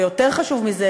ויותר חשוב מזה,